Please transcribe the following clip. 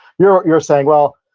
you're you're saying, well,